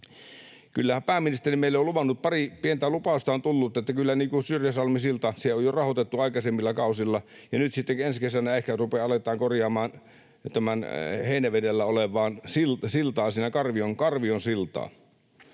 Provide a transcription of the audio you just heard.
Kyllähän pääministeri meille on luvannut, pari pientä lupausta on tullut kyllä Syrjäsalmen sillasta — sitä on jo rahoitettu aikaisemmilla kausilla — ja nyt sitten ensi kesänä ehkä aletaan korjaamaan tätä Heinävedellä olevaa siltaa, Karvion siltaa,